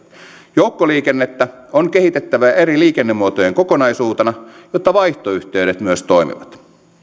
joukkoliikennettä on kehitettävä eri liikennemuotojen kokonaisuutena jotta myös vaihtoyhteydet toimivat